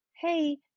hey